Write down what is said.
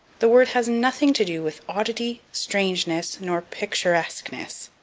the word has nothing to do with oddity, strangeness, nor picturesqueness.